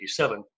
1987